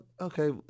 Okay